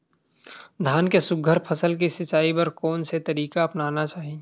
धान के सुघ्घर फसल के सिचाई बर कोन से तरीका अपनाना चाहि?